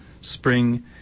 spring